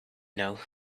know